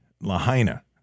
lahaina